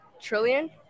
trillion